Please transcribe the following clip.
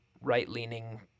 right-leaning